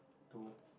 toe